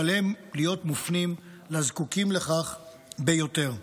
ועליהם להיות מופנים לזקוקים לכך ביותר.